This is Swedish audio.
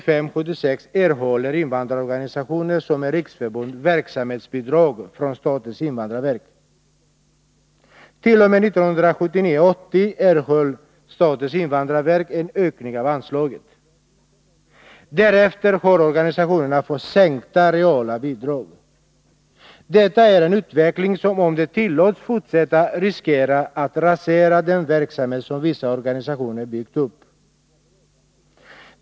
Från 1975 80 erhöll STV en ökning av anslaget. Därefter har organisationerna fått sänkta reala bidrag. Detta är en utveckling som, om den tillåts fortsätta, riskerar att rasera den verksamhet som vissa organisationer byggt upp.